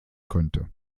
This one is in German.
konnte